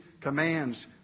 commands